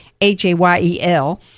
H-A-Y-E-L